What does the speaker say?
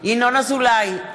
ינון אזולאי,